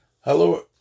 Hello